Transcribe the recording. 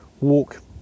walk